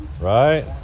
Right